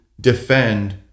defend